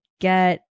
get